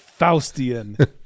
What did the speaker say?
Faustian